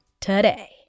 today